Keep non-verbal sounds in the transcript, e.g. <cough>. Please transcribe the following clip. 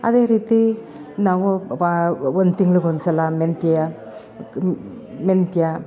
ಅದೇ ರೀತಿ ನಾವು <unintelligible> ಒಂದು ತಿಂಗ್ಳುಗ್ ಒಂದ್ಸಲ ಮೆಂತ್ಯ <unintelligible> ಮೆಂತ್ಯ